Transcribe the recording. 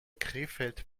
krefeld